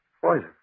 Poison